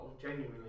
genuinely